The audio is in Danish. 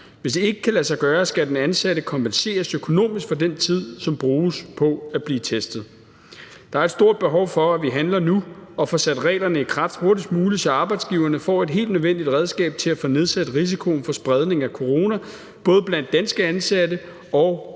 Hvis det ikke kan lade sig gøre, skal den ansatte kompenseres økonomisk for den tid, som bruges på at blive testet. Der er et stort behov for, at vi handler nu og får sat reglerne i kraft hurtigst muligt, så arbejdsgiverne får et helt nødvendigt redskab til at få nedsat risikoen for spredning af corona både blandt danske ansatte og